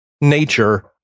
nature